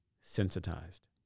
sensitized